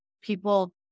people